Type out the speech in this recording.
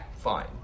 fine